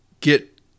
get